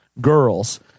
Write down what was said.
girls